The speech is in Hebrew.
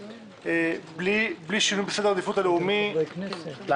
בלי שינוי בסדר העדיפות הלאומי --- שר התחבורה